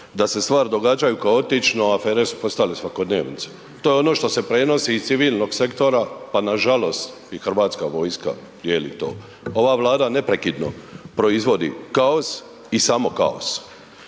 da se stvari događaju kaotično, a afere su postale svakodnevnica. To je ono što se prenosi iz civilnog sektora pa nažalost i hrvatska vojska dijeli to. Ova Vlada neprekidno proizvodi kaos i samo kaos.